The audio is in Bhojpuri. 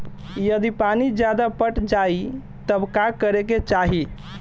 यदि पानी ज्यादा पट जायी तब का करे के चाही?